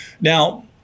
Now